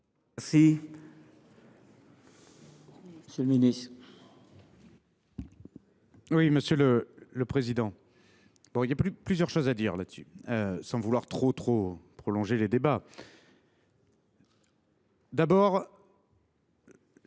Grèce. Monsieur le ministre,